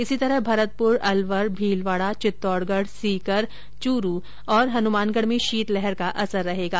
इसी तरह भरतपुर अलवर भीलवाड़ा चित्तौड़गढ़ सीकर चूरू हनुमानगढ़ में शीतलहर का असर रहेगा